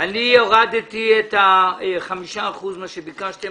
אני הורדתי את ה-5 אחוזים כפי שביקשתם